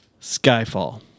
Skyfall